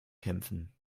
kämpfen